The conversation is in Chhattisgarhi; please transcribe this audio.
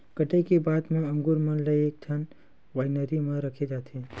कटई के बाद म अंगुर मन ल एकठन वाइनरी म रखे जाथे